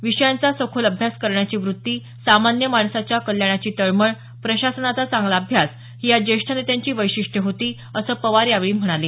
विषयांचा सखोल अभ्यास करण्याची वृत्ती सामान्य माणसाच्या कल्याणाची तळमळ प्रशासनाचा चांगला अभ्यास ही या ज्येष्ठ नेत्यांची वैशिष्ट्य होती असं पवार यावेळी म्हणाले